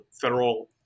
federal